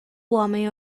homem